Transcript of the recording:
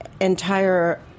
entire